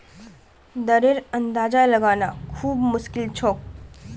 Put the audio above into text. दरेर अंदाजा लगाना खूब मुश्किल छोक